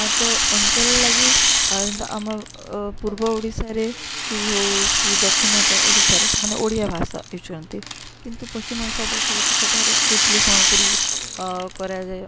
ଆ ତ ଅଞ୍ଚଳ ଲାଗି ଯେନ୍ତା ଆମ ପୂର୍ବ ଓଡ଼ିଶାରେ କି ହଉ କି ଦକ୍ଷିଣ ଓଡ଼ିଶାରେ ସେମାନେ ଓଡ଼ିଆ ଭାଷା ବୁଝନ୍ତି କିନ୍ତୁ ପଶ୍ଚିମ ଓଡ଼ିଶା ଦେଖିବେ ତ ସେଠାରେ କୁଶଳୀ ସମ୍ବଲପୁରୀ କରାଯାଏ